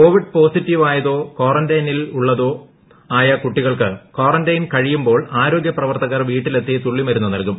Covid പോസിറ്റീവായതോ ്കിഴറന്റൈനിലോ ഉള്ള കുട്ടികൾക്ക് കാറന്റൈൻ കഴിയുമ്പോൾ ആരോഗ്യ പ്രവർത്തകർ വീട്ടിലെത്തി തുള്ളിമരുന്ന് നൽകും